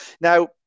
Now